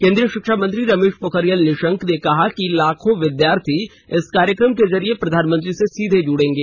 केंद्रीय शिक्षा मंत्री रमेश पोखरियाल निंशक ने कहा कि लाखों विर्द्याथी इस कार्यक्रम के जरिए प्रधानमंत्री से सीधे जुड़ेंगे